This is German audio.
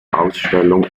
ausstellung